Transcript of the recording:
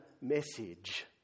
message